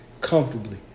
comfortably